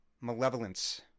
malevolence